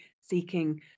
seeking